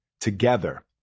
together